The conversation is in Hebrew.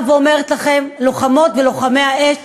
באה ואומרת לכם: לוחמות ולוחמי האש,